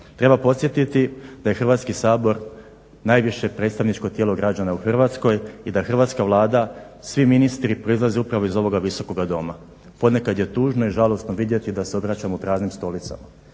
Treba podsjetiti da je Hrvatski sabor najviše predstavničko tijelo građana u Hrvatskoj i da hrvatska Vlada, svi ministri proizlaze upravo iz ovoga Visokog doma. Ponekad je tužno i žalosno vidjeti da se obraćamo praznim stolicama